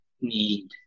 need